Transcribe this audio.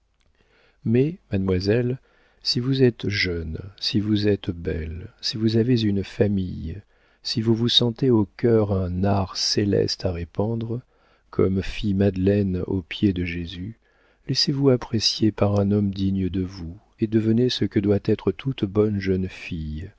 mais mademoiselle si vous êtes jeune si vous êtes belle si vous avez une famille si vous sentez au cœur un nard céleste à répandre comme fit madeleine aux pieds de jésus laissez-vous apprécier par un homme digne de vous et devenez ce que doit être toute bonne jeune fille